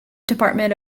department